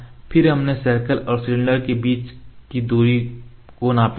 फिर हमने सर्कल और सिलेंडर के केंद्र के बीच की दूरी को नापी थी